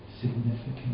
significant